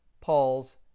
Paul's